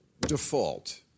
default